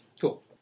Cool